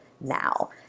now